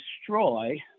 destroy